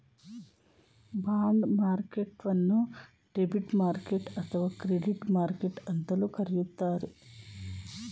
bond ಮಾರ್ಕೆಟ್ಟನ್ನು debit market ಅಥವಾ credit market ಅಂತಲೂ ಕರೆಯುತ್ತಾರೆ